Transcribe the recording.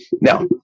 now